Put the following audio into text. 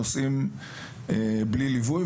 שנוסעים בלי ליווי.